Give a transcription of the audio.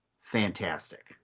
fantastic